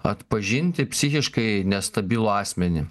atpažinti psichiškai nestabilų asmenį